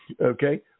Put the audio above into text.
Okay